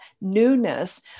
newness